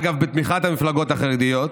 אגב, בתמיכת המפלגות החרדיות,